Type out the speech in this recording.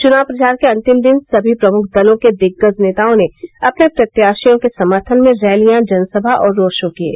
चुनाव प्रचार के अन्तिम दिन सभी प्रमुख दर्लो के दिग्गज नेताओं ने अपने प्रत्याशी के समर्थन में रैलियां जनसभा और रोड शो किये